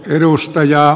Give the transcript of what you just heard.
edustaja